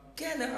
כן.